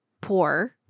poor